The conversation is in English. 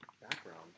background